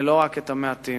ולא רק את המעטים.